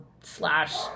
slash